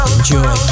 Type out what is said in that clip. Enjoy